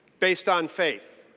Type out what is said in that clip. based on faith.